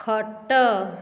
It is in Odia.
ଖଟ